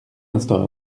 instant